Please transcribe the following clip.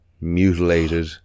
mutilated